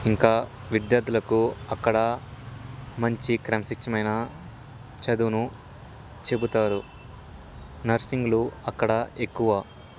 ఇంకా విద్యార్థులకు అక్కడ మంచి క్రమశిక్షణమైన చదువును చెబుతారు నర్సులు అక్కడ ఎక్కువ